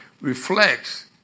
reflects